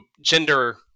gender